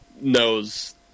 knows